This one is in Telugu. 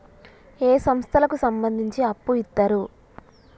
ఏ సంస్థలకు సంబంధించి అప్పు ఇత్తరు?